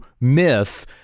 myth